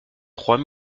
trois